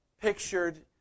pictured